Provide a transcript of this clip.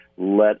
let